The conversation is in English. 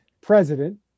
president